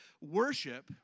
worship